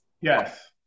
Yes